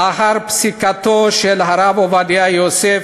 לאחר פסיקתו של הרב עובדיה יוסף